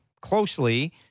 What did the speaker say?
closely